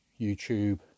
YouTube